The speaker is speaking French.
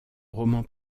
roman